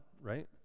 right